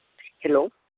hello